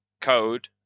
code